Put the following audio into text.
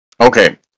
Okay